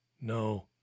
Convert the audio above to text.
No